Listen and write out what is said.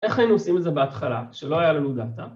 ‫איך היינו עושים את זה בהתחלה, ‫שלא היה לנו דאטה?